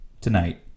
tonight